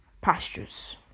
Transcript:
pastures